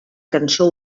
cançó